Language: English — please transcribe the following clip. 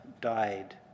died